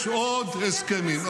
יש עוד הסכמים.